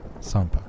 Sampa